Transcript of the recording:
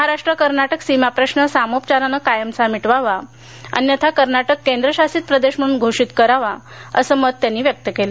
महाराष्ट्र कर्नाटक सीमाप्रश्न सामोपचारानं कायमचा मिटवावा अन्यथा कर्नाटक केंद्रशासित प्रदेश म्हणून घोषित करावं असं मत त्यांनी व्यक्त केलं